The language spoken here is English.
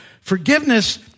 Forgiveness